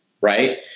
right